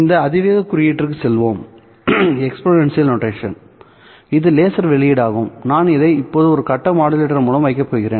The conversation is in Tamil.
இந்த அதிவேக குறியீட்டிற்குச் செல்வோம் இது லேசர் வெளியீடாகும் இதை நான் இப்போது ஒரு கட்ட மாடுலேட்டர் மூலம் வைக்கப் போகிறேன்